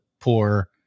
poor